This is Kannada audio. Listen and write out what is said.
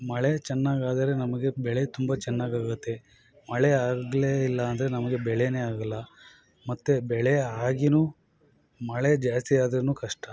ಮಳೆ ಚೆನ್ನಾಗಾದರೆ ನಮಗೆ ಬೆಳೆ ತುಂಬ ಚೆನ್ನಾಗಾಗುತ್ತೆ ಮಳೆ ಆಗಲೇ ಇಲ್ಲ ಅಂದರೆ ನಮಗೆ ಬೆಳೆಯೇ ಆಗೂಲ್ಲ ಮತ್ತೆ ಬೆಳೆ ಆಗಿಯೂ ಮಳೆ ಜಾಸ್ತಿ ಆದ್ರೂ ಕಷ್ಟ